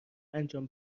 انجام